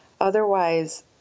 otherwise